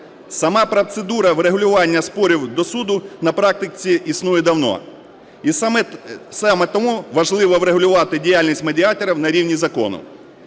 Сама процедура врегулювання спорів до суду на практиці існує давно, і саме тому важливо врегулювати діяльність медіаторів на рівні закону.